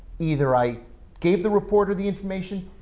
either i gave the report of the information,